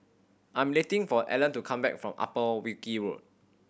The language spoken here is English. I am waiting for Alan to come back from Upper Wilkie Road